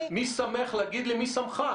מי שמך להגיד לי: מי שמך?